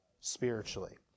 spiritually